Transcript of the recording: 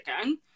again